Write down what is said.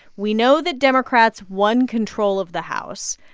we know that democrats won control of the house,